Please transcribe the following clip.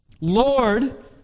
Lord